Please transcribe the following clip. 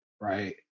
right